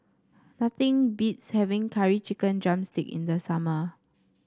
nothing beats having Curry Chicken drumstick in the summer